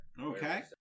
Okay